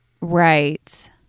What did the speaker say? Right